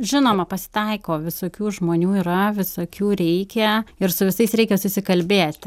žinoma pasitaiko visokių žmonių yra visokių reikia ir su visais reikia susikalbėti